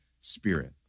spirit